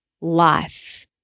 life